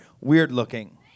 weird-looking